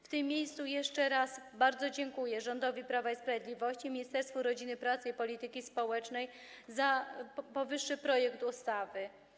W tym miejscu jeszcze raz bardzo dziękuję rządowi Prawa i Sprawiedliwości i Ministerstwu Rodziny, Pracy i Polityki Społecznej za powyższy projekt ustawy.